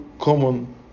common